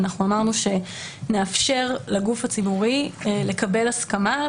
אנחנו אמרנו שנאפשר לגוף הציבורי לקבל הסכמה,